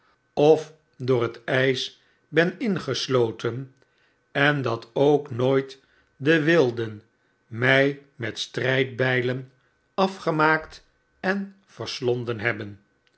of door het p ben ingesloten en dat ook nooit de wilden mfl met strgdbglen afgemaakt en verslonden hebben